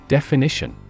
Definition